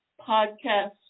Podcast